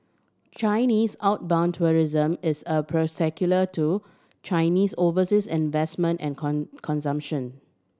Chinese outbound tourism is a to Chinese overseas investment and consumption